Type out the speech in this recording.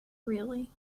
really